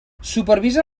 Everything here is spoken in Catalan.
supervisa